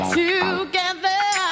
together